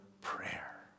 prayer